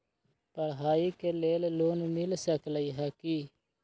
पढाई के लेल लोन मिल सकलई ह की?